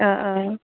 অঁ অঁ